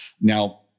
Now